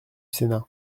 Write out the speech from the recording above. sénat